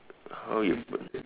how you put ah